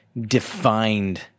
defined